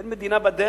אין מדינה בדרך?